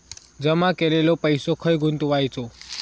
जमा केलेलो पैसो खय गुंतवायचो?